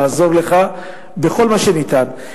לעזור לך בכל מה שניתן,